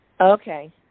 Okay